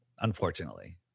Unfortunately